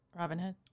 Robinhood